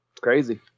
Crazy